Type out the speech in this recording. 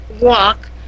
walk